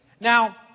Now